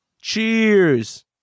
cheers